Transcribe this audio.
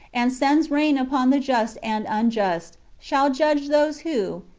and sends rain upon the just and unjust, shall judge those who,